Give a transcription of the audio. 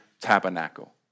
tabernacle